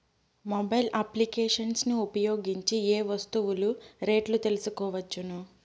Mobile applications ను ఉపయోగించి ఏ ఏ వస్తువులు రేట్లు తెలుసుకోవచ్చును?